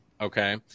okay